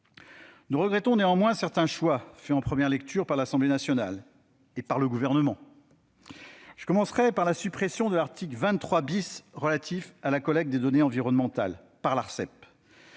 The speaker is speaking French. Nous regrettons néanmoins certains choix arrêtés en première lecture par l'Assemblée nationale et par le Gouvernement. Je commencerai par la suppression de l'article 23 relatif à la collecte de données environnementales par l'Autorité